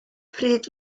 pryd